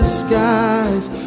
skies